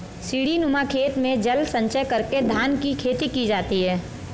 सीढ़ीनुमा खेत में जल संचय करके धान की खेती की जाती है